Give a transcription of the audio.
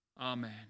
Amen